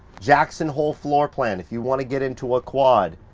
jackson hole floor plan, if you want to get into a quad,